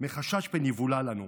מחשש פן יבולע לנו,